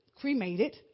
cremated